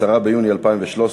10 ביוני 2013,